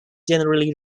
generally